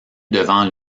devant